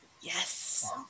Yes